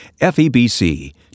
FEBC